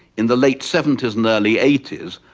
in the late seventy s and early eighty s,